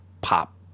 pop